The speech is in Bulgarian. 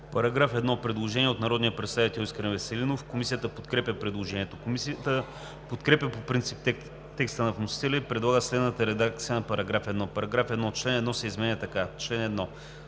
По § 1 има предложение от народния представител Искрен Веселинов. Комисията подкрепя предложението. Комисията подкрепя по принцип текста на вносителя и предлага следната редакция на § 1: „§ 1. Член 1 се изменя така: „Чл. 1.